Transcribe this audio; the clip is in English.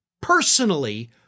personally